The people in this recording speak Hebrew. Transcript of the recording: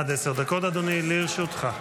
עד עשר דקות, אדוני, לרשותך.